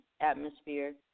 atmosphere